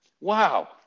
wow